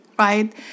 right